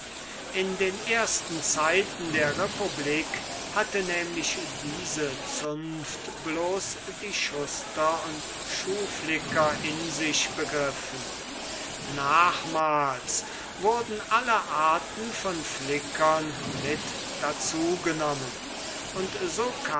in den ersten zeiten der republik hatte nämlich diese zunft bloß die schuster und schuhflicker in sich begriffen nachmals wurden alle arten von flickern mit dazu genommen und